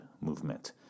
movement